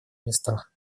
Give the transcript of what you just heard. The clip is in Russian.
местах